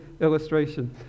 illustration